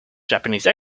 japanese